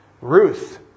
Ruth